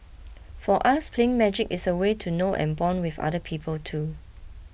for us playing magic is a way to know and bond with other people too